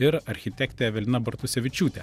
ir architektė evelina bartusevičiūtė